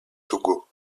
togo